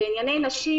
בענייני נשים